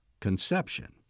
conception